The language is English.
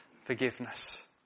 forgiveness